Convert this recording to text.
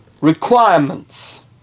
requirements